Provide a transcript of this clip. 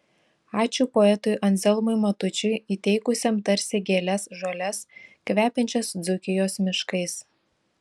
ačiū poetui anzelmui matučiui įteikusiam tarsi gėles žoles kvepiančias dzūkijos miškais